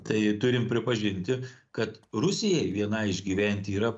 tai turim pripažinti kad rusijai viena išgyventi yra